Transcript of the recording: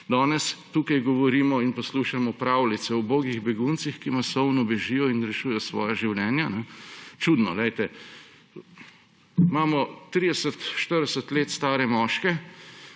Danes tukaj govorimo in poslušamo pravljice o ubogih beguncih, ki masovno bežijo in rešujejo svoja življenja. Čudno, imamo 30, 40 let stare moške,